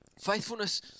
Faithfulness